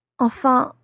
Enfin